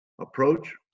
approach